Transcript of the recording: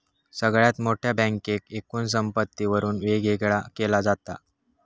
सगळ्यात मोठ्या बँकेक एकूण संपत्तीवरून वेगवेगळा केला जाता